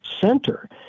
center